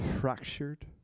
Fractured